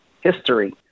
history